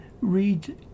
Read